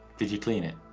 did you clean it?